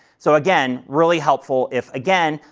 so, again, really helpful if, again,